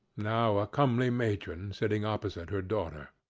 now a comely matron, sitting opposite her daughter.